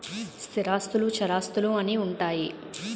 స్థిరాస్తులు చరాస్తులు అని ఉంటాయి